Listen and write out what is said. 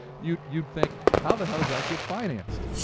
you'd you'd think how the hell does that get financed?